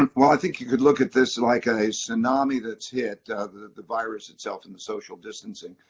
um well, i think you could look at this like a tsunami that's hit the virus itself and the social distancing.